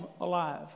alive